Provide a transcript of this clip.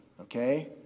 okay